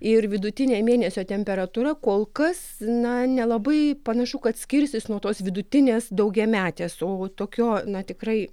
ir vidutinė mėnesio temperatūra kol kas na nelabai panašu kad skirsis nuo tos vidutinės daugiametės o tokio na tikrai